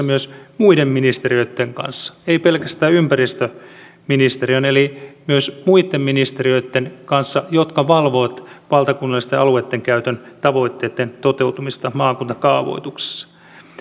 myös muiden ministeriöitten kanssa ei pelkästään ympäristöministeriön eli myös muitten ministeriöitten kanssa jotka valvovat valtakunnallisten alueidenkäytön tavoitteitten toteutumista maakuntakaavoituksessa